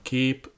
Keep